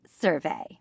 survey